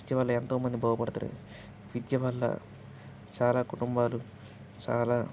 విద్య వల్ల ఎంతోమంది బాగుపడతారు విద్య వల్ల చాలా కుటుంబాలు చాలా